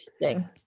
interesting